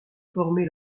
formé